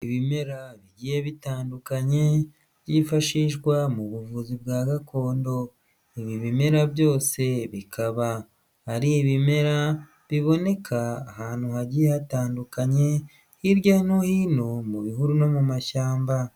iIbimera bigiye bitandukanye byifashishwa mu buvuzi bwa gakondo ibimera byose bikaba ari ibimera biboneka ahantu hagiye hatandukanye hirya no hino mu bihuru no mu mashyamba.